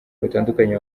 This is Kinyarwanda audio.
batandukanye